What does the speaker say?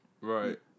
Right